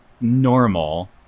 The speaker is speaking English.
normal